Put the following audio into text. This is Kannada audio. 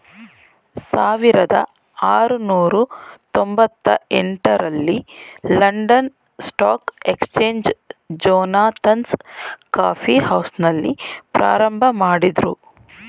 ಸಾವಿರದ ಆರುನೂರು ತೊಂಬತ್ತ ಎಂಟ ರಲ್ಲಿ London stock exchange Jonathan's coffee ಹೌಸ್ನಲ್ಲಿ ಪ್ರಾರಂಭಮಾಡಿದ್ರು